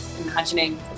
imagining